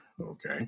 Okay